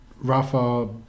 Rafa